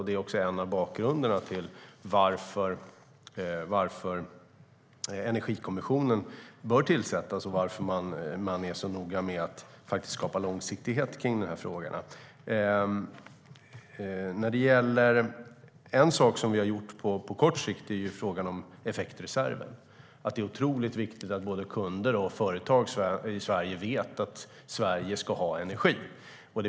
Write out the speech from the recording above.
Det är en av anledningarna till varför Energikommissionen tillsatts och varför vi är noga med att skapa långsiktighet i dessa frågor. En sak som vi gjort på kort sikt gäller effektreserven. Det är oerhört viktigt att både privatpersoner och företag i Sverige vet att Sverige har energi.